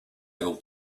able